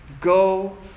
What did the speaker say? Go